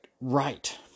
right